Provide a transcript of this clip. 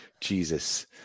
Jesus